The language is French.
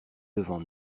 devant